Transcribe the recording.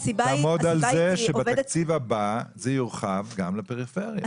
תעמוד על זה שבתקציב הבא זה יורחב גם לפריפריה.